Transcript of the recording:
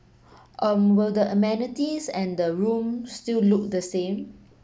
um will the amenities and the room still look the same